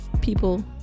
people